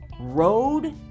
road